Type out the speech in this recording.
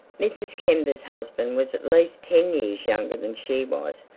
mrs. kember's husband was at least ten years younger than she was,